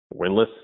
winless